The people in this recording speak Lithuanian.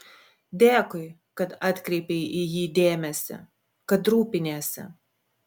dėkui kad atkreipei į jį dėmesį kad rūpiniesi